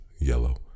yellow